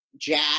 Jack